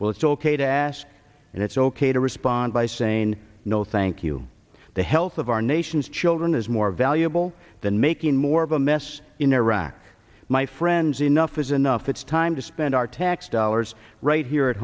well it's ok to ask and it's ok to respond by saying no thank you the health of our nation's children is more valuable than making more of a mess in iraq my friends enough is enough it's time to spend our tax dollars right here at